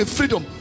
Freedom